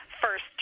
first